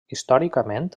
històricament